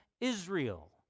Israel